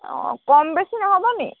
অঁ কম বেছি নহ'ব নেকি